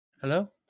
Hello